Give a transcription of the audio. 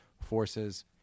forces